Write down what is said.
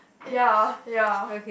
ya ya